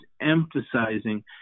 emphasizing